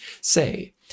say